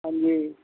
ਹਾਂਜੀ